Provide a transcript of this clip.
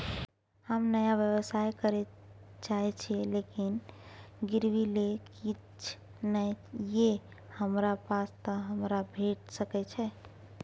हम नया व्यवसाय करै चाहे छिये लेकिन गिरवी ले किछ नय ये हमरा पास त हमरा भेट सकै छै?